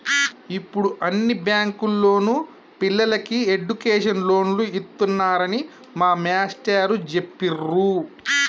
యిప్పుడు అన్ని బ్యేంకుల్లోనూ పిల్లలకి ఎడ్డుకేషన్ లోన్లు ఇత్తన్నారని మా మేష్టారు జెప్పిర్రు